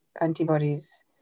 antibodies